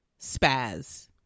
spaz